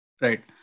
right